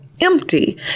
empty